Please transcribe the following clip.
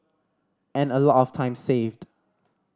and a lot of time saved